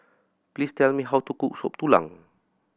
please tell me how to cook Soup Tulang